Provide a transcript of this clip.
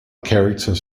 characters